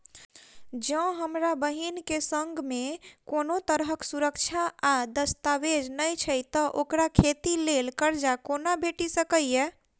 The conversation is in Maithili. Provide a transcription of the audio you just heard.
जँ हमरा बहीन केँ सङ्ग मेँ कोनो तरहक सुरक्षा आ दस्तावेज नै छै तऽ ओकरा खेती लेल करजा कोना भेटि सकैये?